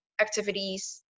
activities